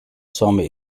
swami